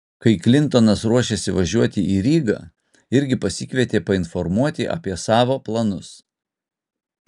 kai klintonas ruošėsi važiuoti į rygą irgi pasikvietė painformuoti apie savo planus